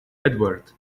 edward